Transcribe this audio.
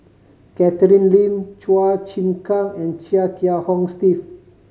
Catherine Lim Chua Chim Kang and Chia Kiah Hong Steve